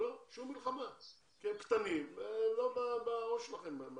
אין מלחמה כי הם קטנים והם לא בראש שלכם.